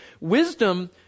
Wisdom